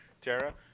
Tara